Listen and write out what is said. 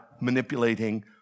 manipulating